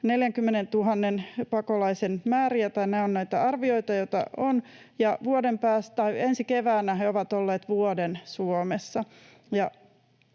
40 000 pakolaisen määrää — tai nämä ovat näitä arvioita, joita on. Ensi keväänä he ovat olleet vuoden Suomessa,